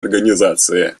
организации